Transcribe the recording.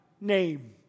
name